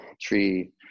Tree